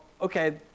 okay